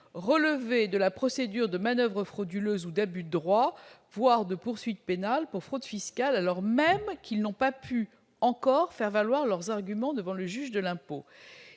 relever de la procédure de manoeuvres frauduleuses ou d'abus de droit, voire de poursuites pénales pour fraude fiscale, alors même qu'ils n'ont pas pu encore faire valoir leurs arguments devant le juge de l'impôt.